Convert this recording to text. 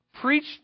preached